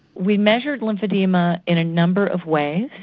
we measured lymphoedema in a number of ways.